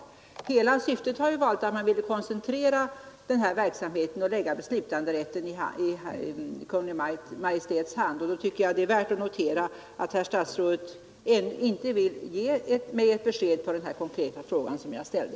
Hela syftet har ju varit att man ville koncentrera verksamheten och lägga beslutanderätten i Kungl. Maj:ts hand, och då tycker jag det är värt att notera att herr statsrådet inte vill ge mig ett besked på den konkreta fråga jag ställde.